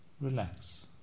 Relax